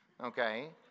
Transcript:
Okay